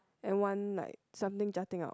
and one like something jutting out